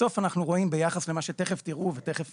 בסוף אנחנו רואים ביחס למה שתכף תראו, ותכף